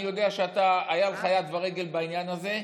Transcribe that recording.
אני יודע שהיה לך יד ורגל בעניין הזה.